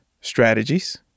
strategies